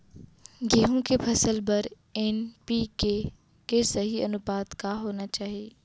गेहूँ के फसल बर एन.पी.के के सही अनुपात का होना चाही?